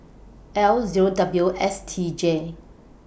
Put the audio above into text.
L Zero W S T J